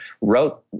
wrote